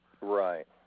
Right